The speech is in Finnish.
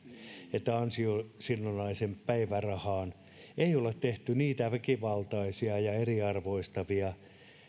että ansiosidonnaiseen päivärahaan ei ole tehty niitä väkivaltaisia ja eriarvoistavia